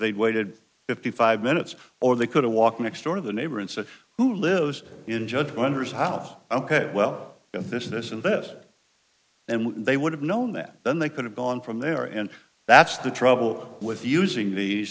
they'd waited fifty five minutes or they could have walked next door to the neighbor instead who lives in judge wonders how ok well this is this and this and they would have known that then they could have gone from there and that's the trouble with using these